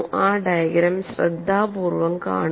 ആ ഡയഗ്രം ശ്രദ്ധാപൂർവ്വം കാണുക